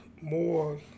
more